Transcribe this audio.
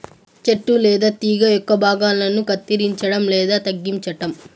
చెట్టు లేదా తీగ యొక్క భాగాలను కత్తిరించడం లేదా తగ్గించటం